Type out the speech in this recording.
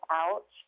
out